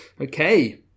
Okay